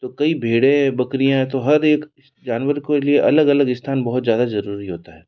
तो कई भेड़ें बकरियाँ तो हर एक जानवर के लिए अलग अलग स्थान बहुत ज़्यादा ज़रूरी होता है